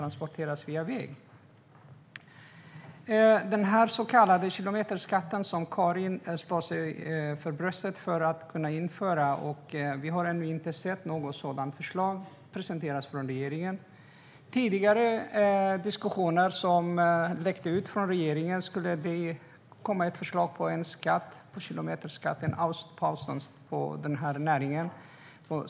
När det gäller den så kallade kilometerskatten, som Karin slår sig för bröstet för att kunna införa, har regeringen inte presenterat något sådant förslag ännu. Enligt tidigare diskussioner, som läckt ut från regeringen, skulle det komma ett förslag om en kilometerskatt, en avståndsskatt på den här näringen.